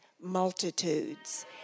multitudes